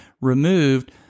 removed